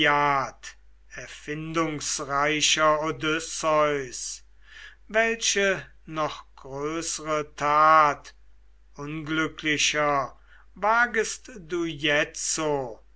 erfindungsreicher odysseus welche noch größere tat unglücklicher wagest du jetzo